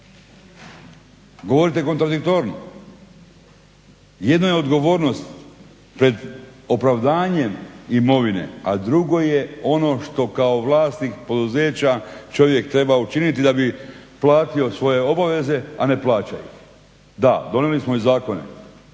govorite kontradiktorno. Jedno je odgovornost pred opravdanjem imovine, a drugo je ono što kao vlasnik poduzeća čovjek treba učiniti da bi platio svoje obaveze, a ne plaća ih. Da, donijeli smo i zakone